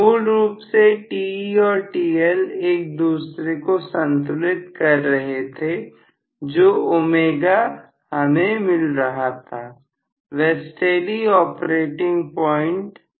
मूल रूप से Te और TL एक दूसरे को संतुलित कर रहे थे जो ω हमें मिल रहा था वह स्टेडी ऑपरेटिंग प्वाइंट था